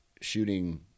shooting